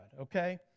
okay